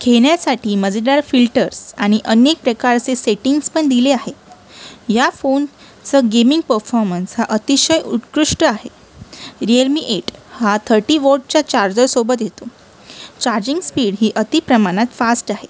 खेळण्यासाठी मजेदार फिल्टर्स आणि अनेक प्रकारचे सेटिंग्ज पण दिले आहेत ह्या फोनचं गेमिंग परफॉरमन्स हा अतिशय उत्कृष्ट आहे रियलमी एट हा थर्टी वोटच्या चार्जरसोबत येतो चार्जिंग स्पीड ही अति प्रमाणात फास्ट आहे